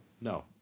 No